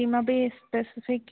किमपि स्पेसिफ़िक्